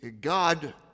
God